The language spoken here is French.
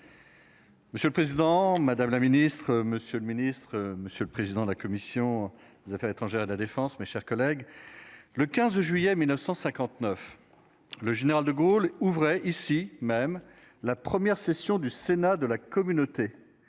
Monsieur le président, madame la ministre, monsieur le ministre, monsieur le président de la commission des affaires étrangères et de la défense. Mes chers collègues. Le 15 juillet 1959. Le général de Gaulle ouvrait ici même la première session du Sénat de la communauté.